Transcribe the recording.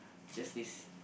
just this